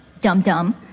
dum-dum